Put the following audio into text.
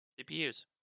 CPUs